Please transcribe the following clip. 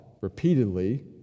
repeatedly